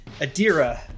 Adira